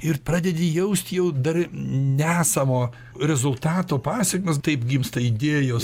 ir pradedi jaust jau dar nesamo rezultato pasekmes taip gimsta idėjos